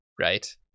right